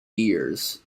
years